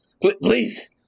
Please